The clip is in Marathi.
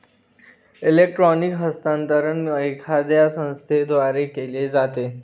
इलेक्ट्रॉनिक हस्तांतरण एखाद्या संस्थेद्वारे केले जाते